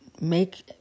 Make